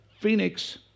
Phoenix